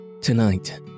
Tonight